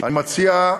אני מציע,